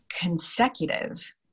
consecutive